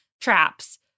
traps